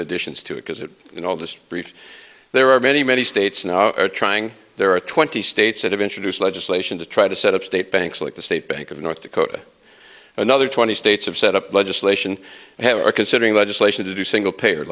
additions to it because it in all this brief there are many many states now are trying there are twenty states that have introduced legislation to try to set up state banks like the state bank of north dakota another twenty states have set up legislation have are considering legislation to do single payer